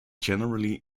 generally